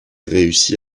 réussit